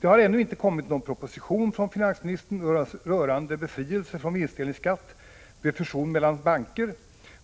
Det har ännu inte kommit någon proposition från finansministern rörande befrielse från vinstdelningsskatt vid fusion mellan banker,